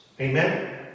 Amen